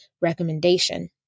recommendation